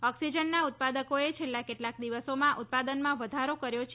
ઓક્સિજના ઉત્પાદકોએ છેલ્લા કેટલાક દિવસોમાં ઉત્પાદનામાં વધારો કર્યો છે